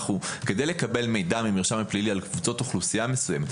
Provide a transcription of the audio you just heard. כדי לקבל מידע מהמרשם הפלילי על קבוצות אוכלוסייה מסוימת,